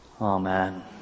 Amen